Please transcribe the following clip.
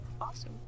Awesome